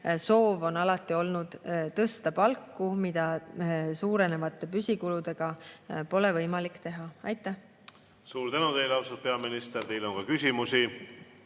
soov on alati olnud tõsta palku, mida suurenevate püsikuludega pole võimalik teha. Aitäh! Suur tänu teile, austatud peaminister! Teile on ka küsimusi.